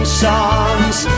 songs